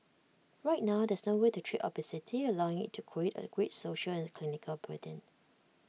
right now there's no way to treat obesity allowing IT to create A great social and clinical burden